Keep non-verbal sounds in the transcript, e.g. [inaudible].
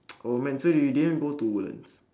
[noise] oh man so you didn't go to woodlands